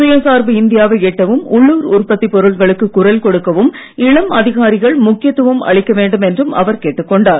சுயசார்பு இந்தியாவை எட்டவும் உள்ளுர் உற்பத்தி பொருட்களுக்கு குரல் கொடுக்கவும் இளம் அதிகாரிகள் முக்கியத்துவம் அளிக்க வேண்டும் என்றும் அவர் கேட்டுக் கொண்டார்